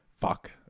Fuck